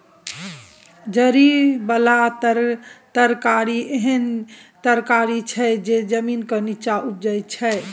जरि बला तरकारी एहन तरकारी छै जे जमीनक नींच्चाँ उपजै छै